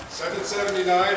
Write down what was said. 779